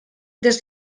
des